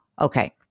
Okay